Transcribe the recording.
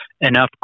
enough